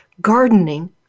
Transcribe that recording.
gardening